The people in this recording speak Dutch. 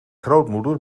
grootmoeder